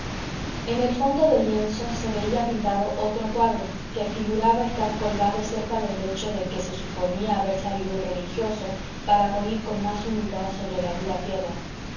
en el fondo del lienzo se veía pintado otro cuadro que figuraba estar colgado cerca del lecho de que se suponía haber salido el religioso para morir con más humildad sobre la dura tierra